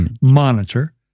monitor